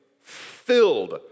filled